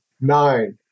Nine